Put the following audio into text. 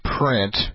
print